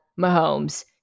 Mahomes